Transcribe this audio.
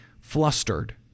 flustered